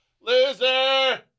Loser